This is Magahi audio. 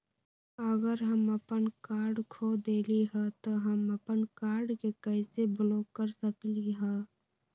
अगर हम अपन कार्ड खो देली ह त हम अपन कार्ड के कैसे ब्लॉक कर सकली ह?